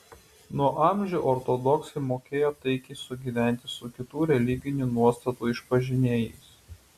nuo amžių ortodoksai mokėjo taikiai sugyventi su kitų religinių nuostatų išpažinėjais